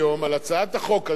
שכל תכליתה